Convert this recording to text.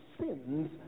sins